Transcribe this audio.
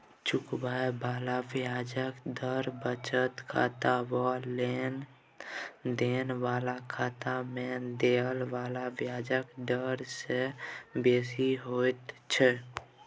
चुकाबे बला ब्याजक दर बचत खाता वा लेन देन बला खाता में देय बला ब्याजक डर से बेसी होइत छै